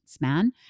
man